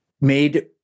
made